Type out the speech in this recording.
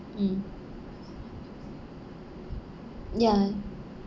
mm ya